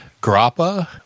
grappa